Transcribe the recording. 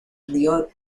río